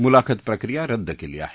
मुलाखत प्रक्रिया रद्द केली आहे